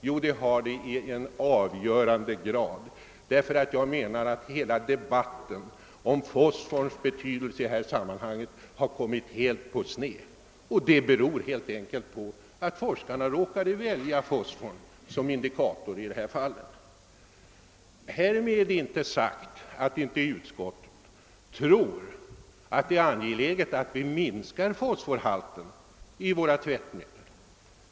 Men det har det i avgörande grad, ty hela debatten om fosforns betydelse i detta sammanhang har — det är min åsikt — blivit snedvriden. Detta beror helt enkelt på att forskarna råkat välja fosforn som indikator i detta fall. Därmed är inte sagt att utskottet inte tror att det är angeläget att minska fosforhalten i tvättmedlen.